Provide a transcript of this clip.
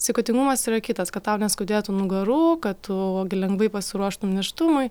sveikatingumas yra kitas kad tau neskaudėtų nugarų kad tu lengvai pasiruoštum nėštumui